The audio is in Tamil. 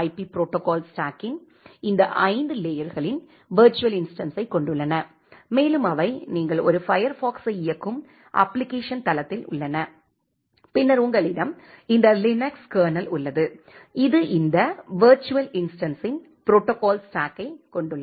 பி ப்ரோடோகால் ஸ்டாக்கின் இந்த 5 லேயர்களின் விர்ச்சுவல் இன்ஸ்டன்ஸ்ஸைக் கொண்டுள்ளன மேலும் அவை நீங்கள் ஒரு பயர்பாக்ஸை இயக்கும் அப்ப்ளிகேஷன் தளத்தில் உள்ளன பின்னர் உங்களிடம் இந்த லினக்ஸ் கர்னல் உள்ளது இது இந்த விர்ச்சுவல் இன்ஸ்டன்ஸ்ஸின் ப்ரோடோகால் ஸ்டாக்கைக் கொண்டுள்ளது